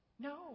No